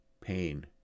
Pain